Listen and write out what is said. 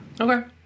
Okay